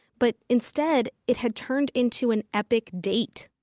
but instead it had turned into an epic date.